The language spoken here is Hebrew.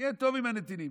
תהיה טוב עם הנתינים.